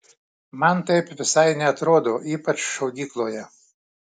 man taip visai neatrodo ypač šaudykloje